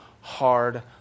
hard